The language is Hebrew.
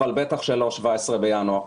ובטח שלא 17 בינואר.